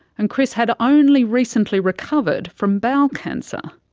and chris had only recently recovered from bowel cancer.